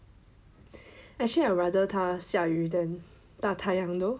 actually I rather 它下雨 then 大太阳 though